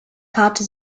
karte